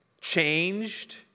changed